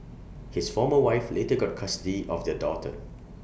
his former wife later got custody of their daughter